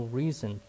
reason